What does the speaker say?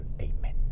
Amen